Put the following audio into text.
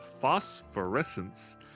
phosphorescence